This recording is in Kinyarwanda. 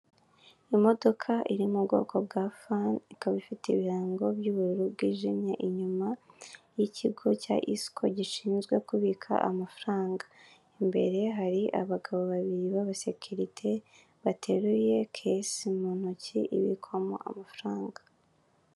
Imodoka iri mu bwoko bwa fani ikaba ifite ibirango by'ubururu bwijimye inyuma, y'Ikigo cya isiko gishinzwe kubika amafaranga. Imbere hari abagabo babiri b'abasekilite, bateruye kesi mu ntoki ibikwamo amafaranga.